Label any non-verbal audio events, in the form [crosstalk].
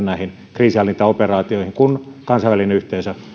[unintelligible] näihin kriisinhallintaoperaatioihin kun kansainvälinen yhteisö